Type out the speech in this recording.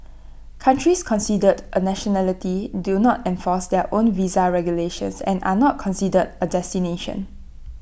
countries considered A nationality do not enforce their own visa regulations and are not considered A destination